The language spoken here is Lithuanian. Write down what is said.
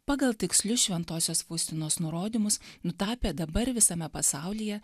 pagal tikslius šventosios faustinos nurodymus nutapė dabar visame pasaulyje